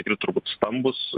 tikri turbūt stambūs